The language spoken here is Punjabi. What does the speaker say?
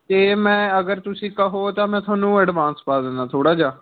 ਅਤੇ ਮੈਂ ਅਗਰ ਤੁਸੀਂ ਕਹੋ ਤਾਂ ਮੈਂ ਤੁਹਾਨੂੰ ਐਡਵਾਂਸ ਪਾ ਦਿੰਦਾ ਥੋੜ੍ਹਾ ਜਿਹਾ